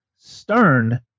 Stern